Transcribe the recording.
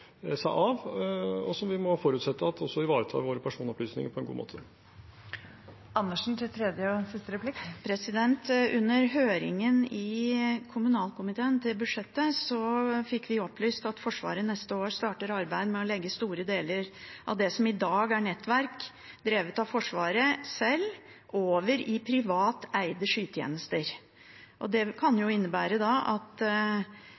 vi må forutsette også ivaretar våre personopplysninger på en god måte. Under budsjetthøringen i kommunalkomiteen fikk vi opplyst at Forsvaret neste år starter arbeidet med å legge store deler av det som i dag er nettverk drevet av Forsvaret sjøl, over i privateide skytjenester. Det kan jo innebære at det er mye sensitiv informasjon der. Det mener SV ikke er tilfredsstillende, vi mener at